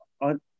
on